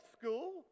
school